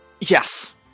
Yes